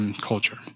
culture